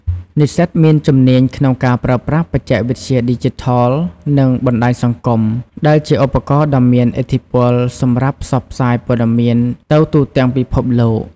និស្សិតមានជំនាញក្នុងការប្រើប្រាស់បច្ចេកវិទ្យាឌីជីថល និងបណ្ដាញសង្គម ដែលជាឧបករណ៍ដ៏មានឥទ្ធិពលសម្រាប់ផ្សព្វផ្សាយព័ត៌មានទៅទូទាំងពិភពលោក។